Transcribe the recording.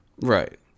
Right